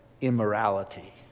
immorality